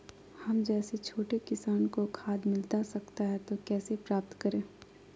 हम जैसे छोटे किसान को खाद मिलता सकता है तो कैसे प्राप्त करें?